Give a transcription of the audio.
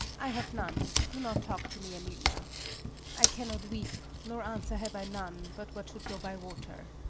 i have none do not talk to me, emilia i cannot weep nor answer have i none but what should go by water.